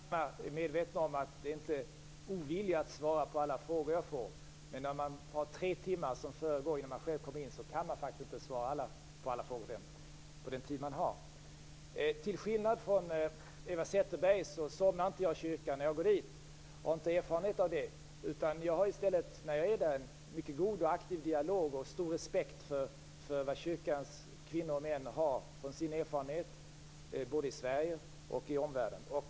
Fru talman! Vi är naturligtvis inte oberörda. Det är inte fråga om en ovilja att svara på alla frågor jag har fått. Men när det är tre timmars debatt som har föregått innan jag själv har kommit in i debatten, kan jag faktiskt inte svara på alla frågor på den tid som jag har. Till skillnad från Eva Zetterberg somnar jag inte i kyrkan. Jag har inte erfarenhet av det. När jag är i kyrkan har jag en aktiv dialog och stor respekt för erfarenheterna hos kyrkans kvinnor och män i Sverige och i omvärlden.